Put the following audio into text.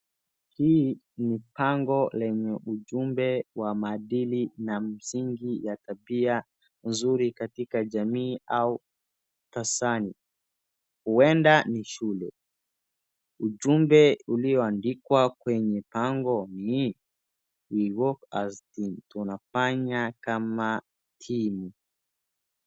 Hii ni bango lenye ujumbe wa maadili na msingi ya tabia nzuri katika jamii au tasani, huenda ni shule, ujumbe ulioandikwa kwenye bango ni we walk as team tunafanya kama timu.